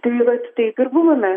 tai vat taip ir buvome